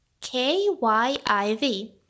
K-Y-I-V